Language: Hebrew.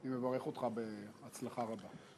אני מברך אותך בהצלחה רבה.